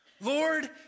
Lord